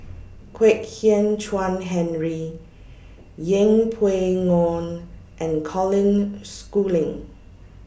Kwek Hian Chuan Henry Yeng Pway Ngon and Colin Schooling